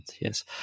Yes